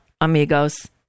amigos